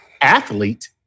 athlete